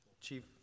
chief